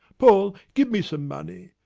paul, give me some money.